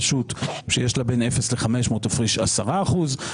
רשות שיש לה בין אפס ל-500, תפריש 10 אחוזים.